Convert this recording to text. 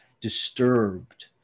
disturbed